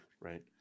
right